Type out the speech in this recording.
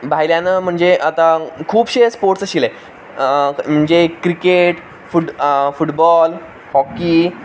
भायल्यान म्हणजे आतां खुबशे स्पोर्ट्स आशिल्ले म्हणजे क्रिकेट फुटबॉल हॉकी